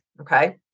Okay